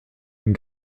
une